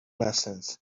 lessons